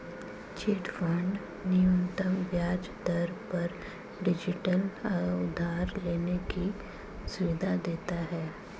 chit fund न्यूनतम ब्याज दर पर डिजिटल उधार लेने की सुविधा देता है